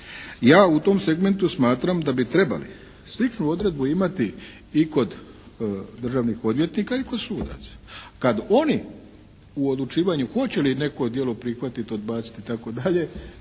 Ja u tom segmentu smatram da bi trebali sličnu odredbu imati i kod državnih odvjetnika i kod sudaca. Kad oni u odlučivanju hoće li neko djelo prihvatiti, odbaciti i tako dalje